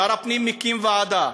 שר הפנים מקים ועדה.